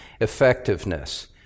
effectiveness